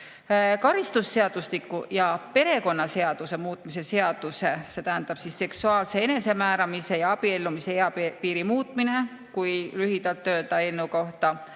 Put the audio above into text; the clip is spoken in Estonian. Karistusseadustiku ja perekonnaseaduse muutmise seaduse – see tähendab seksuaalse enesemääramise ja abiellumise eapiiri muutmine, kui lühidalt öelda eelnõu kohta